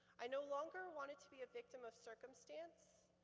i no longer wanted to be a victim of circumstance,